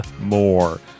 more